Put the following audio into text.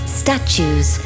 statues